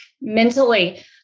mentally